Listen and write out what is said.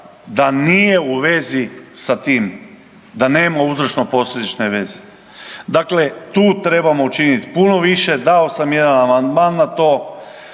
da nije u vezi s tim, da nema uzročno-posljedične veze. Dakle, tu trebamo učinit puno više, dao sam ja amandman na to,